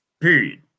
Period